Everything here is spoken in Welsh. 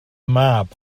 mab